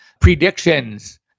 predictions